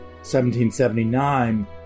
1779